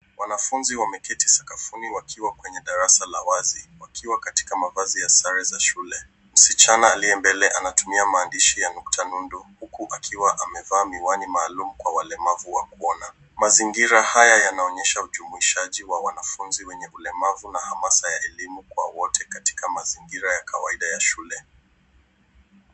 Wanafunzi wameketi sakafuni wakiwa kwenye darasa la wazi wakiwa katika mavazi ya sare za shule. Msichana aliye mbele anatumia maandishi ya nukta nundu huku akiwa amevaa miwani maalum kwa walemavu wa kuona. Mazingira haya yanaonyesha ujumuishaji wa wanafunzi wenye ulemavu na hamasa ya elimu kwa wote katika mazingira ya kawaida ya shule.